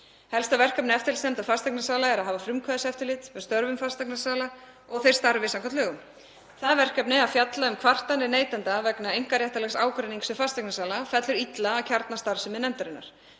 Helsta verkefni eftirlitsnefndar fasteignasala er að hafa frumkvæðiseftirlit með störfum fasteignasala og að þeir starfi samkvæmt lögum. Það verkefni að fjalla um kvartanir neytenda vegna einkaréttarlegs ágreinings við fasteignasala fellur illa að kjarnastarfsemi nefndarinnar.